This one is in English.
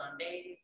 sundays